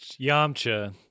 Yamcha